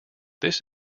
this